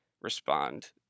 respond